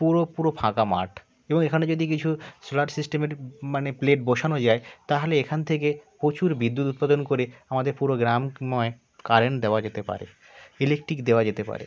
পুরো পুরো ফাঁকা মাঠ এবং এখানে যদি কিছু সোলার সিস্টেমের মানে প্লেট বসানো যায় তাহলে এখান থেকে প্রচুর বিদ্যুৎ উৎপাদন করে আমাদের পুরো গ্রামময় কারেন্ট দেওয়া যেতে পারে ইলেকট্রিক দেওয়া যেতে পারে